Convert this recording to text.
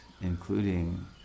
including